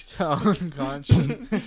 Unconscious